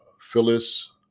Phyllis